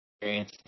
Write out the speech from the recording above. experience